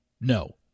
no